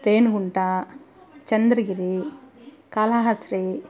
Renigunta Chandragiri Kalahasti